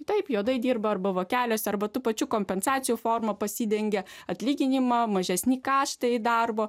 taip juodai dirba arba vokeliuose arba tuo pačiu kompensacijų forma pasidengia atlyginimą mažesni kaštai darbo